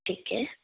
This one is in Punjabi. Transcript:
ਠੀਕ ਹੈ